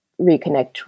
reconnect